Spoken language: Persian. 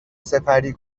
سپری